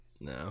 No